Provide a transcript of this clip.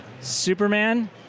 Superman